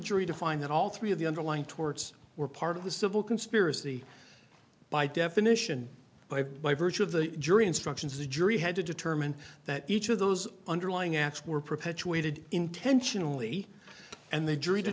jury to find that all three of the underlying torts were part of the civil conspiracy by definition by by virtue of the jury instructions the jury had to determine that each of those underlying acts were perpetuated intentionally and the jury